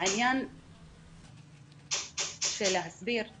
העניין של הסברה